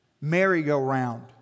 Merry-go-round